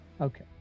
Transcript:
Okay